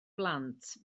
blant